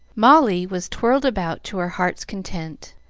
molly was twirled about to her heart's content,